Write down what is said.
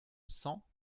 cent